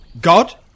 God